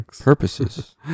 purposes